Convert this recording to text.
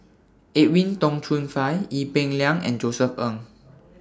Edwin Tong Chun Fai Ee Peng Liang and Josef Ng